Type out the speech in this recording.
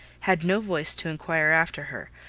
had no voice to inquire after her,